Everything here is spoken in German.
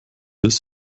bis